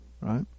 Right